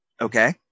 Okay